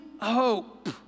hope